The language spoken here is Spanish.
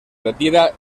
retira